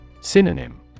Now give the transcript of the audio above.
Synonym